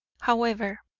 however,